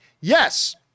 yes